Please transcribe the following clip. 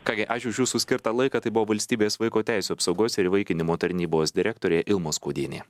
ką gi ačiū už jūsų skirtą laiką tai buvo valstybės vaiko teisių apsaugos ir įvaikinimo tarnybos direktorė ilma skuodienė